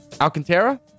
Alcantara